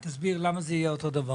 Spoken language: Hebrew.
תסביר לי למה זה יהיה אותו דבר.